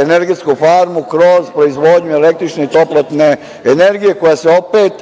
energetsku farmu, kroz proizvodnju električne i toplotne energije, koja se opet